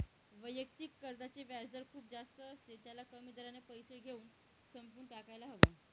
वैयक्तिक कर्जाचे व्याजदर खूप जास्त असते, त्याला कमी दराने पैसे घेऊन संपवून टाकायला हव